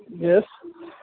yes